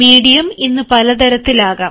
medium ഇന്ന് പല തരത്തിൽ ആകാം